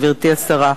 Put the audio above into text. גברתי השרה,